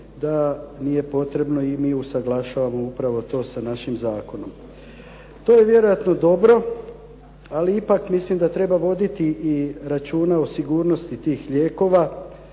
da nije potrebno i mi usuglašavamo upravo to sa našim zakonom. To je vjerojatno dobro, ali ipak mislim da treba voditi i računa o sigurnosti tih lijekova